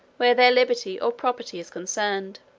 where their liberty or property is concerned.